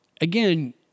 again